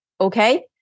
okay